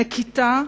נקיטה,